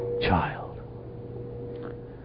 child